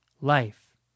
life